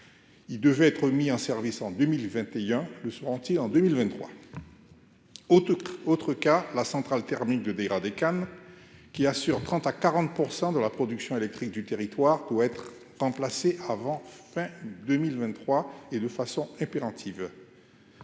il devait être mis en service en 2021 le soir entier en 2023 autres autre cas, la centrale thermique de dégrader qui assure 30 à 40 % de la production électrique du territoire pour être remplacé avant fin 2023, et de façon impérative,